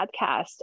podcast